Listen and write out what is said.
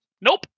nope